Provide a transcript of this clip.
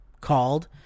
called